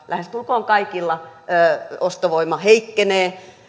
lähestulkoon kaikilla eläkkeensaajilla ostovoima heikkenee